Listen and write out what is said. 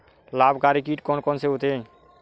लाभकारी कीट कौन कौन से होते हैं?